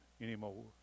anymore